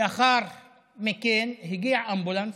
לאחר מכן הגיע אמבולנס,